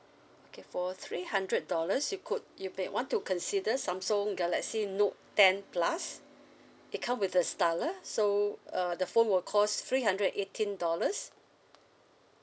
okay for three hundred dollars you could you may want to consider samsung galaxy note ten plus it come with a stylus so uh the phone will cost three hundred and eighteen dollars